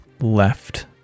left